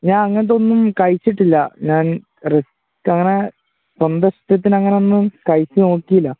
ഞാന് അങ്ങനത്തെയൊന്നും കഴിച്ചിട്ടില്ല ഞാൻ റിസ്ക്കങ്ങനെ സ്വന്തം ഇഷ്ടത്തിനങ്ങനെയൊന്നും കഴിച്ചുനോക്കിയില്ല